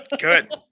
Good